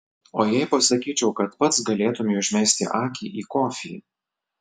o jei pasakyčiau kad pats galėtumei užmesti akį į kofį